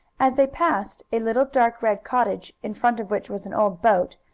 as they passed a little dark red cottage, in front of which was an old boat,